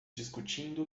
discutindo